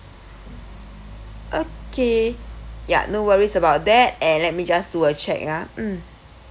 okay ya no worries about that eh let me just do a check ha mm